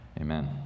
Amen